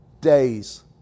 days